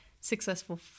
Successful